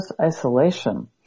isolation